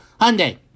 Hyundai